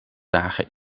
dagen